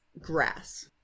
grass